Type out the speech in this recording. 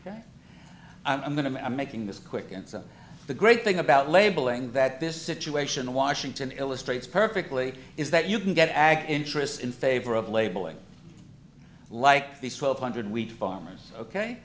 interests i'm going to i'm making this quick and so the great thing about labeling that this situation in washington illustrates perfectly is that you can get ag interests in favor of labeling like these twelve hundred wheat farmers ok